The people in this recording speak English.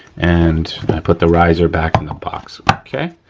and i put the riser back in the box, okay.